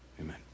Amen